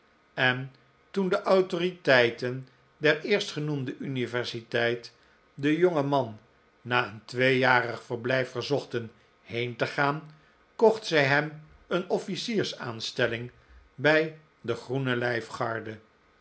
en toen de autoriteiten der eerstgenoemde universiteit den jongen man na een tweejarig verblijf verzochten heen te gaan kocht zij hem een officiers aanstelling bij de